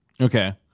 Okay